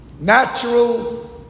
Natural